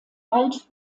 bald